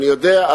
אני יודע,